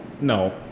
no